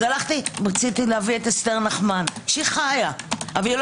אז רציתי להביא את אסתר נחמן שחיה אבל לא